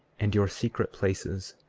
and your secret places,